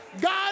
God